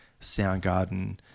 Soundgarden